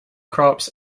crops